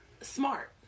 Smart